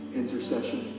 intercession